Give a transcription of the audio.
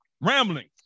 Rambling